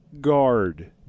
guard